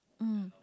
mm